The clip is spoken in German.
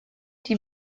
die